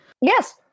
Yes